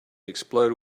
explode